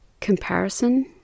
Comparison